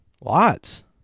Lots